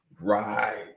right